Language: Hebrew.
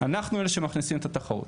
אנחנו אלה שמכניסים את התחרות.